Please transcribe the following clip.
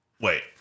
Wait